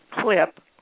clip